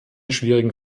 schwierigen